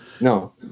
no